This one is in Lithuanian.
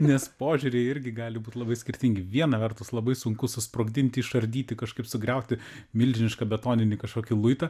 nes požiūriai irgi gali būt labai skirtingi viena vertus labai sunku susprogdinti išardyti kažkaip sugriauti milžinišką betoninį kažkokį luitą